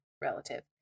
relative